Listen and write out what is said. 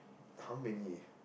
how many